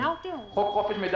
בנוסף, חוק המידע